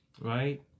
right